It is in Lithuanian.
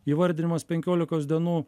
įvardinimas penkiolikos dienų